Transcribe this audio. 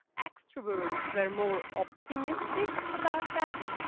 extroverts were more optimistic about that,